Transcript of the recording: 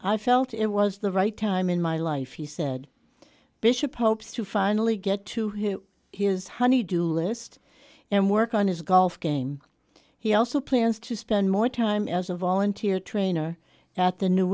i felt it was the right time in my life he said bishop hopes to finally get to him his honey do list and work on his golf game he also plans to spend more time as a volunteer trainer at the new